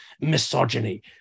misogyny